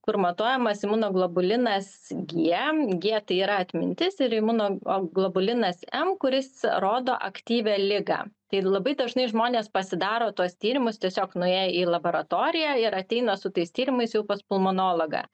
kur matuojamas imunoglobulinas g g tai yra atmintis ir imunoglobulinas m kuris rodo aktyvią ligą tai labai dažnai žmonės pasidaro tuos tyrimus tiesiog nuėję į laboratoriją ir ateina su tais tyrimais jau pas pulmonologą